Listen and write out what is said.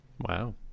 Wow